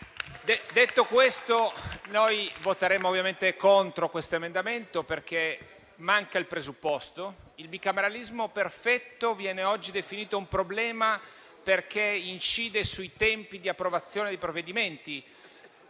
Detto questo, noi voteremo ovviamente contro questo emendamento, perché manca il presupposto. Il bicameralismo perfetto viene oggi definito un problema, perché incide sui tempi di approvazione dei provvedimenti.